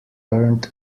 earned